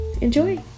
Enjoy